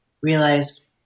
realize